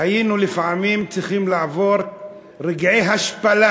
היינו לפעמים צריכים לעבור רגעי השפלה,